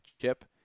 chip